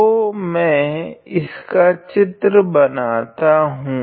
तो मैं इसका चित्र बनाता हूँ